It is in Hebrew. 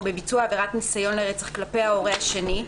בביצוע עבירת ניסיון לרצח כלפי ההורה השני,